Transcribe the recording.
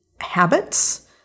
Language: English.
habits